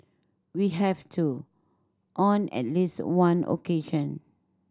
we have too on at least one occasion